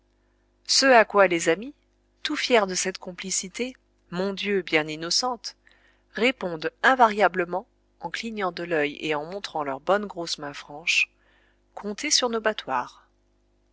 ce à quoi les amis tout fiers de cette complicité mon dieu bien innocente répondent invariablement en clignant de l'œil et en montrant leurs bonnes grosses mains franches comptez sur nos battoirs